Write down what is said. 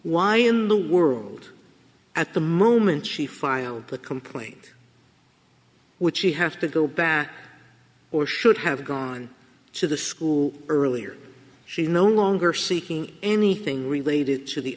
why in the world at the moment she filed a complaint would she have to go back or should have gone to the school earlier she no longer seeking anything related to the